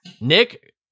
Nick